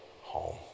home